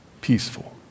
peaceful